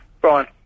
Brian